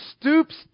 stoops